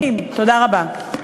תודה רבה.